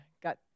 got